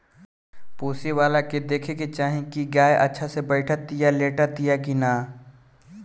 पोसेवला के देखे के चाही की गाय अच्छा से बैठतिया, लेटतिया कि ना